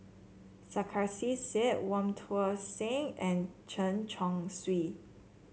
Sarkasi Said Wong Tuang Seng and Chen Chong Swee